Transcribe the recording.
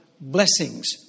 blessings